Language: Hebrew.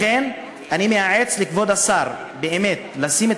לכן אני מייעץ לכבוד השר באמת לשים את